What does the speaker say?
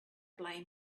blame